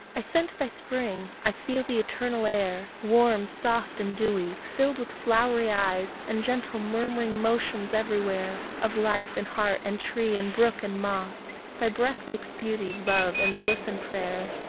i scent thy spring, i feel the eternal air, warm, soft, and dewy, filled with flowery eyes, and gentle, murmuring motions everywhere of life in heart, and tree, and brook, and moss thy breath wakes beauty, love, and bliss, and prayer,